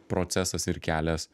procesas ir kelias